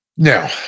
Now